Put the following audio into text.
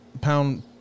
pound